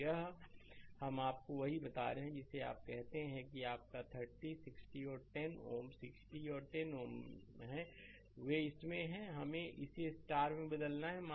तो यहां हम आपको वही बता रहे हैं जिसे आप कहते हैं कि आपका यह 30 60 और 10 Ω 60 और10 Ω है वे इसमें हैं हमें इसे स्टार में बदलना है